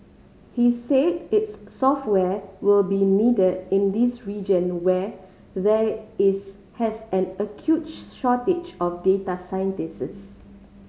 he said its software will be needed in this region where there is has an acute shortage of data scientists